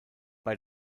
bei